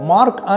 Mark